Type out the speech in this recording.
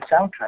soundtrack